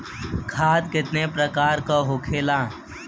खाद कितने प्रकार के होखेला?